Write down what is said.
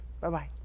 Bye-bye